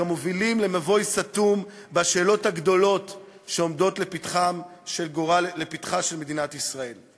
מוביל למבוי סתום בשאלות הגדולות שעומדות לפתחה של מדינת ישראל.